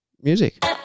music